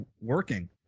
working